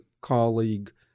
colleague